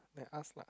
like us lah